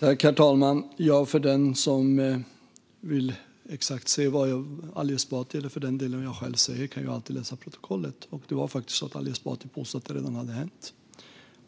Herr talman! Den som vill se exakt vad Ali Esbati eller för den delen jag själv säger kan ju alltid läsa protokollet. Det var faktiskt så att Ali Esbati påstod att det redan hade hänt.